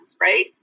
right